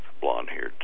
blonde-haired